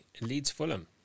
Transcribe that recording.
Leeds-Fulham